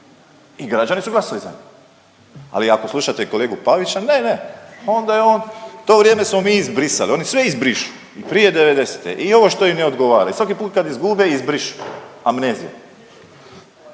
I građani su glasali za njega. Ali ako slušate kolegu Pavića, ne, ne, onda je on, to vrijeme smo mi izbrisali, oni sve izbrišu prije '90. i ono što im ne odgovara i svaku put kad izgube izbrišu. Amnezija.